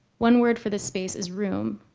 one word for this space is room,